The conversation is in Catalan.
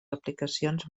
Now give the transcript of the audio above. aplicacions